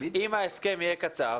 אם ההסכם יהיה קצר,